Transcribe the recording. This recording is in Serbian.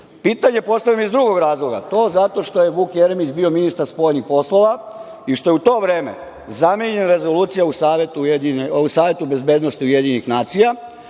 svi. Pitanja postavljam iz drugog razloga, i to zato što je Vuk Jeremić bio ministar spoljnih poslova i što je u to vreme zamenjena Rezolucija u Savetu bezbednosti UN, po meni,